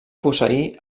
posseir